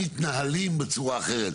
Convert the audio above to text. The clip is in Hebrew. תאגידים מתנהלים בצורה אחרת,